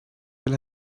will